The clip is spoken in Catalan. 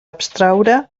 abstraure